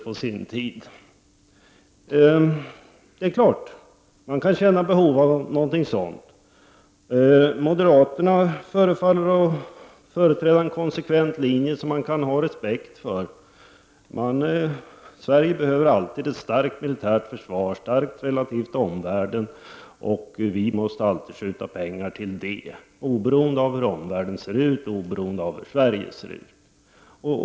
Det är klart att man kan känna behov av någonting sådant. Moderaterna förefaller att företräda en konsekvent linje, som jag kan ha respekt för. Sverige behöver alltid ett starkt militärt försvar. Det skall vara starkt relativt omvärlden, och vi måste alltid skjuta till pengar oberoende av hur omvärlden ser ut och oberoende av hur Sverige ser ut.